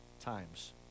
times